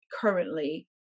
currently